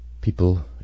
people